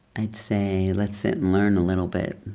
i'd say, let's sit and learn a little bit